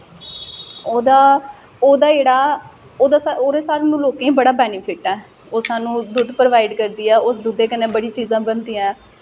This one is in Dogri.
ओह्दा ओह्दा जेह्ड़ा ओह्दा सानूं लोकें ई बड़ा बेनिफिट ऐ ओह् सानूं दुद्ध प्रोवाइड करदी ऐ उस दुद्धै कन्नै बड़ी चीज़ां बनदियां ऐ